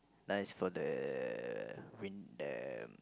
nice for the win~ the